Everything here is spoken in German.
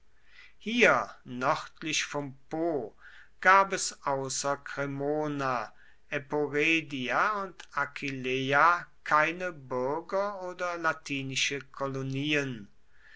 hier nördlich vom po gab es außer cremona eporedia und aquileia keine bürger oder latinische kolonien